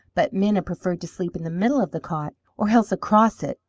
but minna preferred to sleep in the middle of the cot, or else across it,